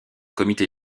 comité